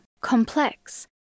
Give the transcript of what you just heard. complex